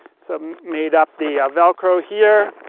so made up the velcro here.